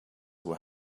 were